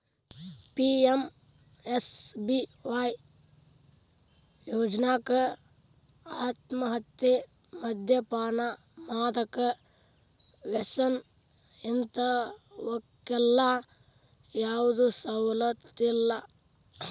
PMSBY ಯೋಜ್ನಾಕ ಆತ್ಮಹತ್ಯೆ, ಮದ್ಯಪಾನ, ಮಾದಕ ವ್ಯಸನ ಇಂತವಕ್ಕೆಲ್ಲಾ ಯಾವ್ದು ಸವಲತ್ತಿಲ್ಲ